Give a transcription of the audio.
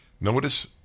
Notice